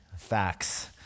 facts